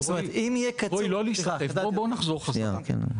רועי, לא להיסחף, בואו נחזור בחזרה.